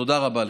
תודה רבה לך.